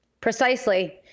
precisely